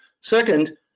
Second